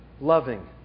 Loving